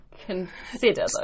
consider